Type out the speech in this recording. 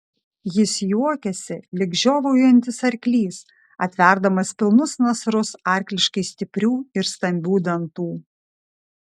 jis juokėsi lyg žiovaujantis arklys atverdamas pilnus nasrus arkliškai stiprių ir stambių dantų